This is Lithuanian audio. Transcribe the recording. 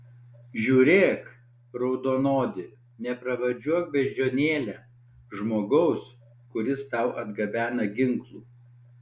žiūrėk raudonodi nepravardžiuok beždžionėle žmogaus kuris tau atgabena ginklų